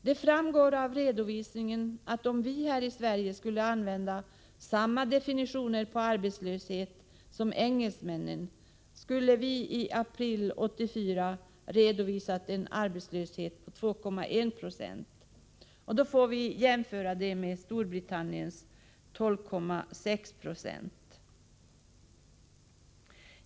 Det framgår av redovisningen att om vi här i Sverige skulle använda samma definitioner på arbetslöshet som engelsmännen, skulle vi i april månad 1984 ha redovisat en arbetslöshet på 2,1 26. Det skall jämföras med Storbritanniens 12,6 96.